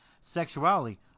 sexuality